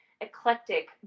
eclectic